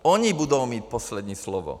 Oni budou mít poslední slovo.